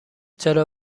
چرا